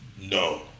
No